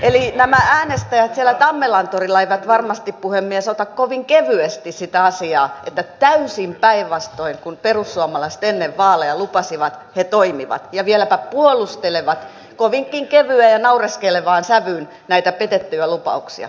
eli nämä äänestäjät siellä tammelantorilla eivät varmasti puhemies ota kovin kevyesti sitä asiaa että täysin päinvastoin kuin perussuomalaiset ennen vaaleja lupasivat he toimivat ja vieläpä puolustelevat kovinkin kevyeen ja naureskelevaan sävyyn näitä petettyjä lupauksia